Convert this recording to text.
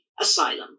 asylum